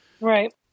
Right